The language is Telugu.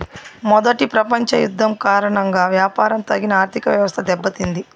మొదటి ప్రపంచ యుద్ధం కారణంగా వ్యాపారం తగిన ఆర్థికవ్యవస్థ దెబ్బతింది